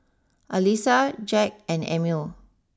Alissa Jack and Emil